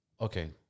Okay